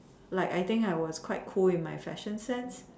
like I think I was quite cool in my fashion sense